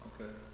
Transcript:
Okay